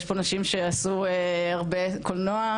יש נשים פה שעשו הרבה קולנוע,